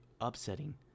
upsetting